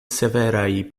severaj